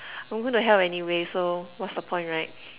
I'm going to hell anyway so what's the point right